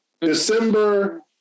December